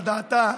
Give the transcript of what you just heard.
על דעתה,